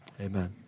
Amen